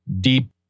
deep